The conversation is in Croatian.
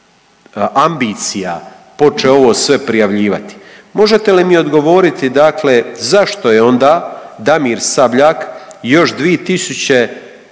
ambicija počeo ovo sve prijavljivati. Možete li mi odgovoriti dakle zašto je onda Damir Sabljak još 2016.